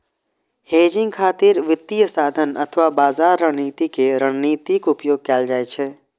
hedging खातिर वित्तीय साधन अथवा बाजार रणनीति के रणनीतिक उपयोग कैल जाइ छै